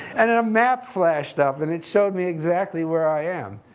and then a map flashed up and it showed me exactly where i am.